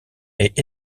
est